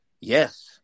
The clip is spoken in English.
yes